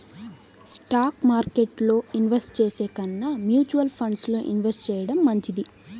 stock మార్కెట్టులో invest చేసే కన్నా మ్యూచువల్ ఫండ్స్ లో ఇన్వెస్ట్ చెయ్యడం మంచిది